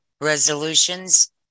resolutions